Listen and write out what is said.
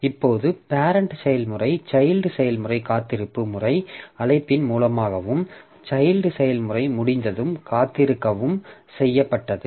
இப்போது பேரெண்ட் செயல்முறை சைல்ட் செயல்முறை காத்திருப்பு முறை அழைப்பின் மூலமாகவும் சைல்ட் செயல்முறை முடிந்ததும் காத்திருக்கவும் செய்யப்பட்டது